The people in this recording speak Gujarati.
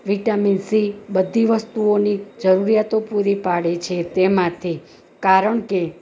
વિટામિન સી બધી વસ્તુઓની જરૂરિયાતો પૂરી પાડે છે તેમાંથી કારણ કે